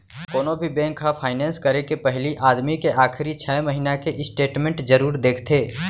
कोनो भी बेंक ह फायनेंस करे के पहिली आदमी के आखरी छै महिना के स्टेट मेंट जरूर देखथे